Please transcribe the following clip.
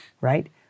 right